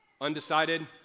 undecided